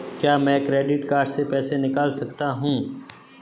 क्या मैं credit card से पैसे निकाल सकता हूँ?